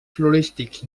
florístics